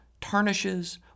tarnishes